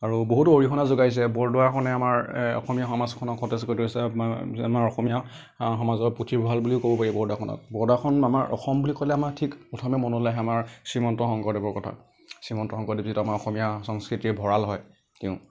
আৰু বহুতো অৰিহণা যোগাইছে বৰদোৱাখনে আমাৰ অসমীয়া সমাজখনক সতেজ কৰি তুলিছে আপোনাৰ আমাৰ অসমীয়া সমাজৰ পুথিভঁড়াল বুলিও ক'ব পাৰি বৰদোৱাখনক বৰদোৱাখন আমাৰ অসম বুলি ক'লে আমাৰ ঠিক প্ৰথমে মনলৈ আহে আমাৰ শ্ৰীমন্ত শংকৰদেৱৰ কথা শ্ৰীমন্ত শংকৰদেৱ আমাৰ অসমীয়া সংস্কৃতিৰ ভঁড়াল হয় তেওঁ